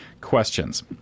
questions